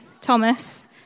Thomas